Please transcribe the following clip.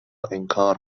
انکار